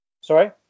Sorry